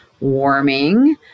warming